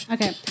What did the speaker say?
Okay